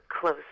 close